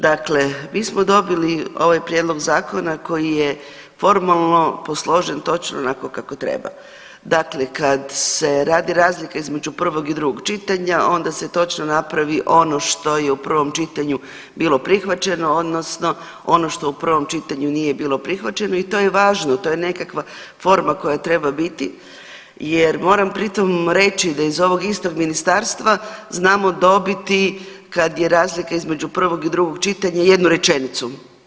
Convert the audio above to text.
Dakle, mi smo dobili ovaj prijedlog zakona koji je formalno posložen točno onako kako treba, dakle kad se radi razlika između prvog i drugog čitanja onda se točno napravi ono što je u prvom čitanju bilo prihvaćeno odnosno ono što u prvom čitanju nije bilo prihvaćeno i to je važno, to je nekakva forma koja treba biti jer moram pri tom reći da iz ovog istog ministarstva znamo dobiti kad je razlika između prvog i drugog čitanja jednu rečenicu.